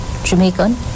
jamaican